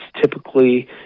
typically